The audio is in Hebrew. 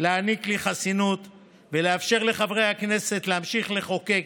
להעניק לי חסינות ולאפשר לחברי הכנסת להמשיך לחוקק,